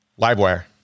Livewire